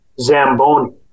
Zamboni